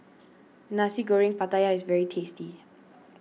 Nasi Goreng Pattaya is very tasty